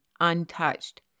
untouched